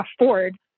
afford